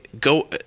go